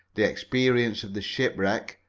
the experience of the shipwreck,